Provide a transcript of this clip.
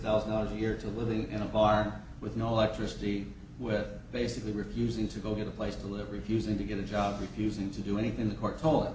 thousand dollars a year to live in a bar with no electricity with basically refusing to go get a place to live refusing to get a job refusing to do anything the court